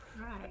Right